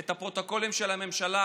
את הפרוטוקולים של הממשלה,